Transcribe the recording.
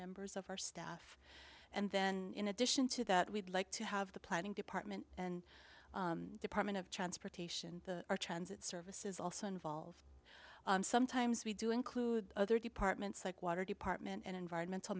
members of our staff and then in addition to that we'd like to have the planning department and department of transportation our transit service is also involved sometimes we do include other departments like water department and environmental